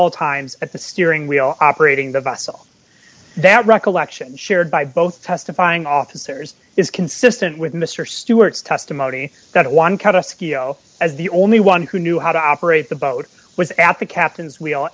all times at the steering wheel operating the vessel that recollection shared by both testifying officers is consistent with mr stewart's testimony that one kind of scale as the only one who knew how to operate the boat was at the captain's wheel